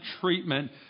treatment